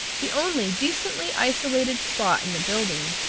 the only decently isolated spot in the building.